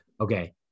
Okay